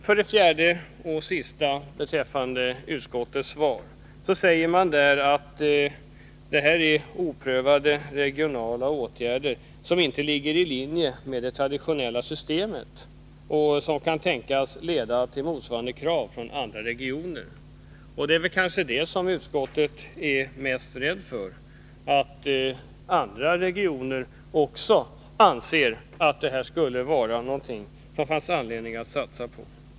Slutligen sägs det i utskottets svar att detta är oprövade regionalpolitiska åtgärder, som inte ligger i linje med det traditionella systemet och som kan tänkas leda till motsvarande krav från andra regioner. Det är kanske det man är mest rädd för, att andra regioner också skulle anse att detta är någonting som det finns anledning att satsa på.